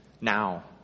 now